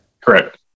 Correct